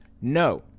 no